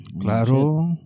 Claro